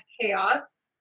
chaos